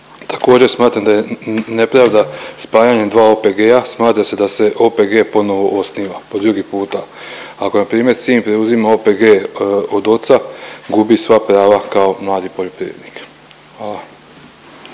Također smatram da je nepravda spajanjem dva OPG-a smatra da se OPG ponovo osniva po drugi puta, ako npr. sin preuzima OPG od oca gubi sva prava kao mladi poljoprivrednik. Hvala.